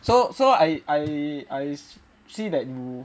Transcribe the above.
so so I I I see that you